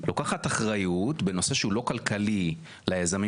לוקחת אחריות בנושא שהוא לא כלכלי ליזמים